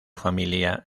familia